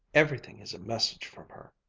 everything is a message from her.